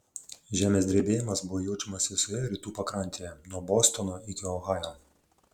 žemės drebėjimas buvo jaučiamas visoje rytų pakrantėje nuo bostono iki ohajo